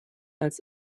als